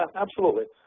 um absolutely.